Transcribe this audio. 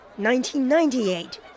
1998